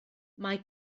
mae